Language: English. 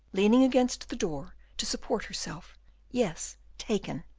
leaning against the door to support herself yes, taken,